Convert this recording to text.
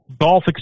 golf